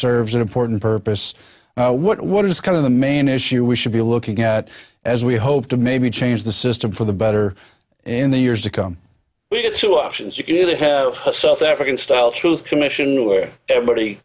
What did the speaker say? serves an important purpose what what is kind of the main issue we should be looking at as we hope to maybe change the system for the better in the years to come we have two options you really have a south african style truth commission where everybody